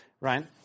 right